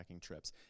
trips